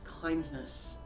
kindness